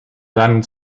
seinem